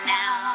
now